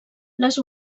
les